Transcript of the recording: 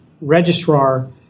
registrar